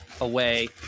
away